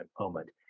moment